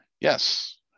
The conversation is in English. Yes